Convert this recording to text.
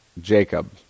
Jacob